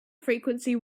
frequency